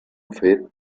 fet